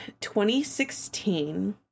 2016